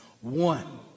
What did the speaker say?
one